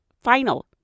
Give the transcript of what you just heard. final